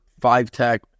five-tech